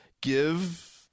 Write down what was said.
give